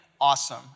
awesome